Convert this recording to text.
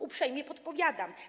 Uprzejmie podpowiadam.